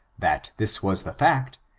that this was the fact,